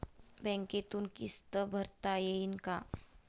बँकेतून किस्त भरता येईन का?